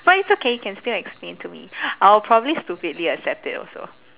but it's okay can still explain to me I'll probably stupidly accept it also